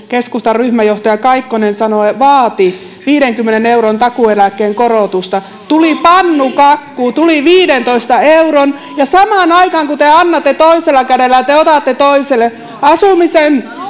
keskustan ryhmäjohtaja kaikkonen vaati viidenkymmenen euron takuueläkkeen korotusta tuli pannukakku tuli viidentoista euron ja samaan aikaan kun te annatte toisella kädellä te otatte toisella asumisen